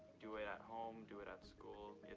do it at home, do it at school.